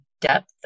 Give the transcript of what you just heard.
depth